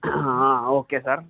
okay sir